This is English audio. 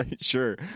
Sure